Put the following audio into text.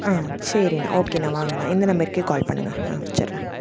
ஆ சரிண்ணா ஓகேண்ணா வாங்கண்ணா இந்த நம்பருக்கே கால் பண்ணுங்கள் ஆ வெச்சுடுறேன்